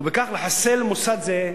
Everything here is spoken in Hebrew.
ובכך לחסל מוסד זה,